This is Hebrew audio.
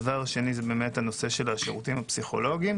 הנושא השני הוא השירותים הפסיכולוגיים.